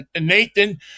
Nathan